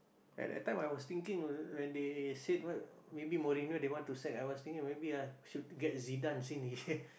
at that time I was thinking when they said what maybe Mourinho they want to sack I was thinking maybe ah should get Zidane